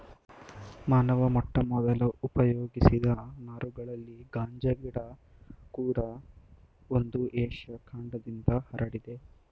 ಮಾನವ ಮೊಟ್ಟಮೊದಲಲ್ಲಿ ಉಪಯೋಗಿಸಿದ ನಾರುಗಳಲ್ಲಿ ಗಾಂಜಾ ಗಿಡ ಕೂಡ ಒಂದು ಏಷ್ಯ ಖಂಡದಿಂದ ಹರಡಿದೆ